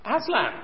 Aslan